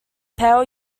pale